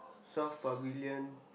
south pavilion